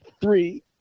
Three